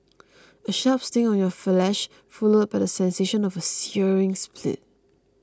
a sharp sting on your flesh followed by the sensation of a searing split